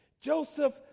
Joseph